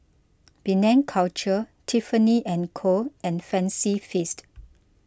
Penang Culture Tiffany and Co and Fancy Feast